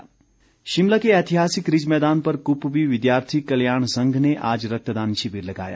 रक्तदान शिमला के ऐतिहासिक रिज मैदान पर कुपवी विद्यार्थी कल्याण संघ ने आज रक्तदान शिविर लगाया